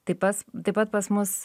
tai pas taip pat pas mus